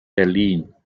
berlin